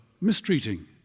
mistreating